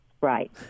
Right